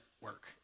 work